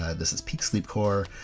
ah this is peak sleepcore,